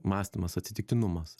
mąstymas atsitiktinumas